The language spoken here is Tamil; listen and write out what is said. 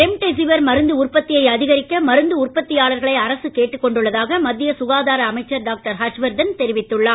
ரெம்டெசிவிர் மருந்து உற்பத்தியை அதிகரிக்க மருந்து உற்பத்தியாளர்களை அரசு கேட்டுக்கொண்டுள்ளதாக மத்திய சுகாதார அமைச்சர் டாக்டர் ஹர்ஷவர்தன் தெரிவித்துள்ளார்